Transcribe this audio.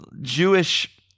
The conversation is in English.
Jewish